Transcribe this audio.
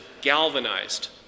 galvanized